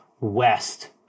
...west